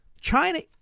China